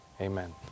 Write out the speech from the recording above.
amen